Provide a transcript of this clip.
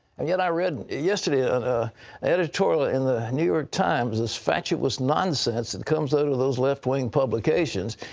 and yet i read yesterday an ah editorial in the new york times, this fatuous nonsense that comes out of those leftwing publications.